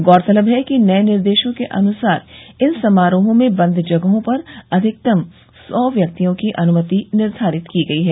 गौरतलब है कि नये निर्देशों के अनुसार इन समारोहों में बंद जगहों पर अधिकतम सौ व्यक्तियों की अनुमति निर्धारित की गई है